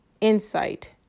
insight